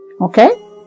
Okay